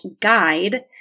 guide